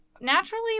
naturally